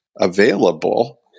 available